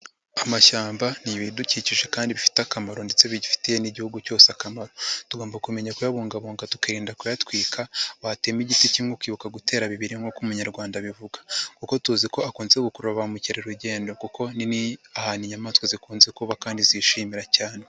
Amashyamba ni ibidukikije kandi bifite akamaro ndetse bigifitiye n'igihugu cyose akamaro. Tugomba kumenya kuyabungabunga, tukirinda kuyatwika, watema igiti kimwe ukibuka gutera bibiri nkuko umunyarwanda abivuga kuko tuzi ko akunze gukurura ba mukerarugendo kuko ni n'ahantu inyamaswa zikunze kuba kandi zishimira cyane.